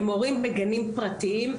הם הורים בגנים פרטיים,